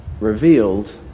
revealed